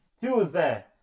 Tuesday